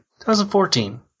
2014